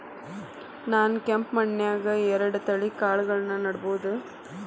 ನಾನ್ ಕೆಂಪ್ ಮಣ್ಣನ್ಯಾಗ್ ಎರಡ್ ತಳಿ ಕಾಳ್ಗಳನ್ನು ನೆಡಬೋದ?